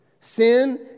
sin